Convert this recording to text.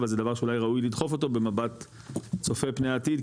אבל זה דבר שאולי ראוי לדחוף אותו במבט צופה פני העתיד,